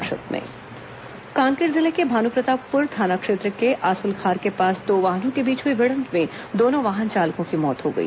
संक्षिप्त समाचार कांकेर जिले के भानुप्रतापपुर थाना क्षेत्र के आसुलखार के पास दो वाहनों के बीच हुई भिडंत में दोनों वाहन चालकों की मौत हो गई